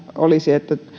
olisi että